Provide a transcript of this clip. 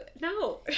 no